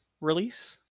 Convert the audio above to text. release